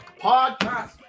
Podcast